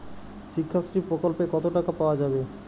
শিক্ষাশ্রী প্রকল্পে কতো টাকা পাওয়া যাবে?